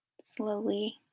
slowly